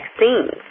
vaccines